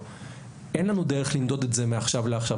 אין לנו דרך למדוד את זה מעכשיו לעכשיו.